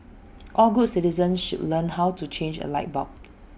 all good citizens should learn how to change A light bulb